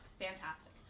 fantastic